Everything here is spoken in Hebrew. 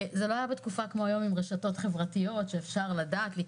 זה לא היה בתקופה כמו היום עם רשתות חברתיות שאפשר להיכנס,